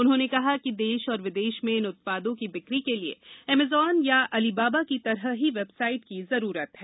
उन्होंने कहा कि देश और विदेश में इन उत्पादों की बिक्री के लिए एमेजन या अलीबाबा की तरह ही वेबसाइट की जरूरत है